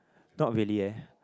not really eh